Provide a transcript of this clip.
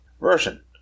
version